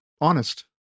honest